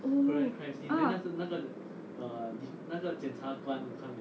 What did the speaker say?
oh ah